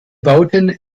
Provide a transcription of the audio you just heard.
bauten